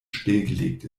stillgelegt